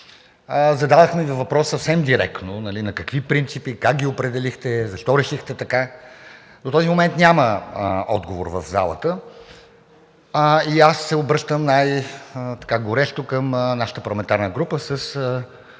Зададохме Ви въпрос съвсем директно: на какви принципи, как ги определихте, защо решихте така? До този момент няма отговор в залата и аз се обръщам най-горещо към нашата парламентарна група с